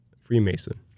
Freemason